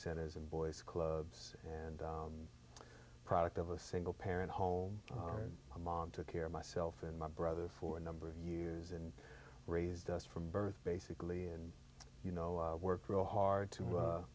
centers and boys clubs and product of a single parent home and a mom took care of myself and my brother for a number of years and raised us from birth basically and you know worked real hard to